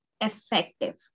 effective